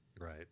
Right